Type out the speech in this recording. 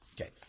Okay